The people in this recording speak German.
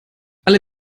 alle